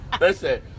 Listen